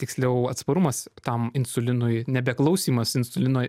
tiksliau atsparumas tam insulinui nebe klausymas insulino